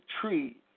tree